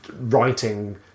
writing